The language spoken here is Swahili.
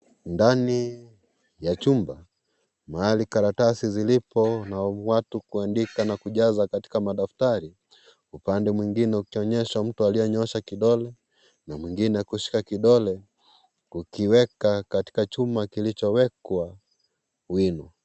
Ndani ya chumba. Mahali karatasi zilipokuwa na watu kuandika na kujaza katika madaftari. Upande mwingine, ukionyesha mtu aliyenyoosha kidole na mwingine kushika kidole kukiweka katika chuma kilichowekwa wino.